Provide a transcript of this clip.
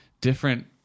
different